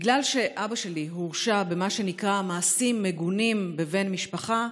בגלל שאבא שלי הורשע במה שנקרא "מעשים מגונים בבן משפחה",